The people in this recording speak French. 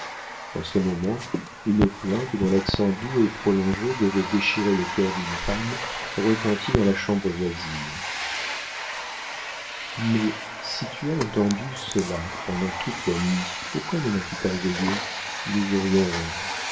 en ce moment une plainte dont l'accent doux et prolongé devait déchirer le cœur d'une femme retentit dans la chambre voisine mais si tu as entendu cela pendant toute la nuit pourquoi ne m'as-tu pas éveillée nous aurions